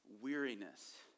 weariness